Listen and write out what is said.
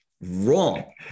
wrong